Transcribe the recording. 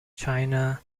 china